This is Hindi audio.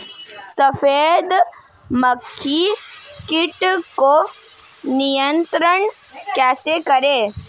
सफेद मक्खी कीट को नियंत्रण कैसे करें?